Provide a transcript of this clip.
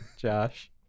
Josh